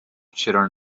چرا